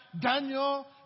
Daniel